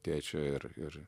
tėčio ir ir